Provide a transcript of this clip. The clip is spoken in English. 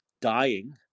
dying